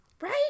Right